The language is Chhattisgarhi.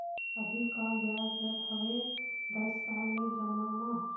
अभी का ब्याज दर हवे दस साल ले जमा मा?